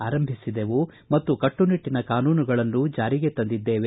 ಆರಂಭಿಸಿದೆವು ಮತ್ತು ಕಟ್ಸುನಿಟ್ಲಿನ ಕಾನೂನುಗಳನ್ನು ಜಾರಿಗೆ ತಂದಿದ್ದೇವೆ